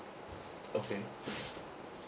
okay